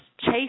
chase